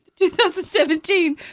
2017